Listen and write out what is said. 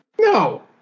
No